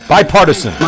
Bipartisan